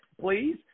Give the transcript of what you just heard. please